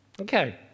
Okay